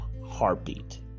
heartbeat